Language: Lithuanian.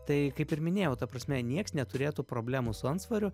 tai kaip ir minėjau ta prasme nieks neturėtų problemų su antsvoriu